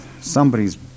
Somebody's